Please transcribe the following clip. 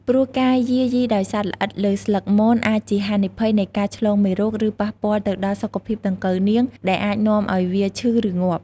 ព្រោះការយីយាដោយសត្វល្អិតលើស្លឹកមន អាចជាហានិភ័យនៃការឆ្លងមេរោគ ឬប៉ះពាល់ទៅដល់សុខភាពដង្កូវនាង ដែលអាចនាំឲ្យវាឈឺឬងាប់។